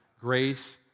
grace